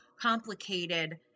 complicated